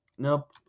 Nope